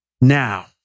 Now